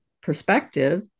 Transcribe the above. perspective